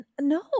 No